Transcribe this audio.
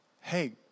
hey